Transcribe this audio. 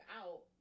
out